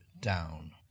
down